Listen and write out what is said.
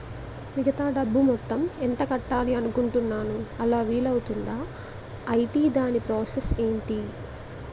మిగతా డబ్బు మొత్తం ఎంత కట్టాలి అనుకుంటున్నాను అలా వీలు అవ్తుంధా? ఐటీ దాని ప్రాసెస్ ఎంటి?